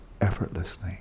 effortlessly